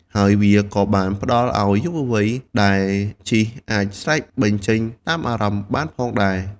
ហើយវាក៏បានផ្ដល់អោយយុវវ័យដែលជិះអាចស្រែកបញ្ចេញតាមអារម្មណ៍បានផងដែរ។